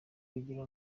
kugira